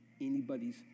anybody's